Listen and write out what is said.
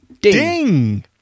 Ding